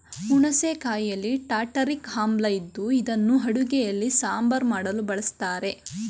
ಹುಣಸೆ ಕಾಯಿಯಲ್ಲಿ ಟಾರ್ಟಾರಿಕ್ ಆಮ್ಲ ಇದ್ದು ಇದನ್ನು ಅಡುಗೆಯಲ್ಲಿ ಸಾಂಬಾರ್ ಮಾಡಲು ಬಳಸ್ತರೆ